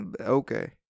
Okay